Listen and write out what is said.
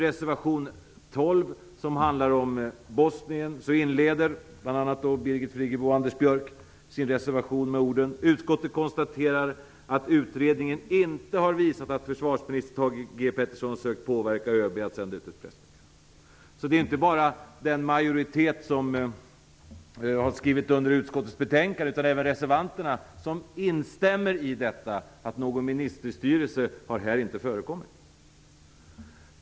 Reservation 12, som handlar om Bosnien, inleder bl.a. Birgit Friggebo och Anders Björck med orden: "Utskottet konstaterar att utredningen inte har visat att försvarsminister Thage G Peterson sökt påverka ÖB att sända ut ett pressmeddelande -." Inte bara den majoritet som har skrivit under utskottets betänkande utan även reservanterna anser alltså att något ministerstyre inte har förekommit.